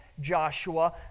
Joshua